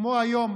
כמו היום,